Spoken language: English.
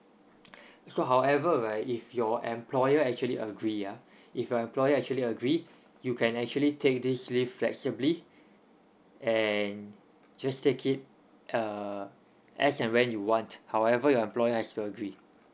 so however right if your employer actually agree ah if your employer actually agree you can actually take this leave flexibly and just take it uh as and when you want however your employer has to agree